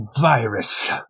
virus